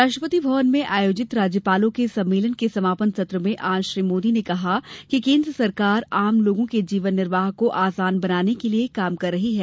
राष्ट्रपति भवन में आयोजित राज्यपालों के सम्मेलन के समापन सत्र में आज श्री मोदी ने कहा कि केन्द्र सरकार आम लोगों के जीवन निर्वाह को आसान बनाने के लिए काम कर रही है